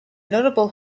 notable